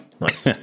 Nice